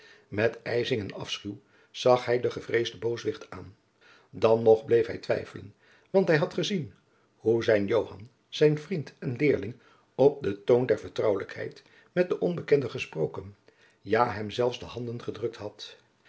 met ijzing en afschuw zag hij den gevreesden booswicht aan dan nog bleef hij twijfelen want hij had gezien hoe zijn joan zijn vriend en leerling op den toon der vertrouwelijkheid met den onbekenden gesproken ja hem zelfs de handen gedrukt had